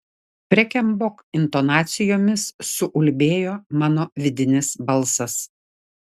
freken bok intonacijomis suulbėjo mano vidinis balsas